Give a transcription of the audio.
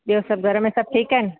ॿियो सभु घर में सभु ठीकु आहिनि